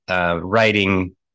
Writing